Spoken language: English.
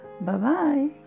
Bye-bye